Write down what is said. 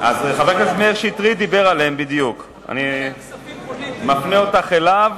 חבר הכנסת בדיוק דיבר עליהם, אני מפנה אותך אליו,